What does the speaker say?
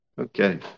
Okay